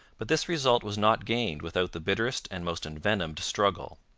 but this result was not gained without the bitterest and most envenomed struggle.